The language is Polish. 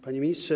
Panie Ministrze!